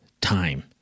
time